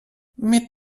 mit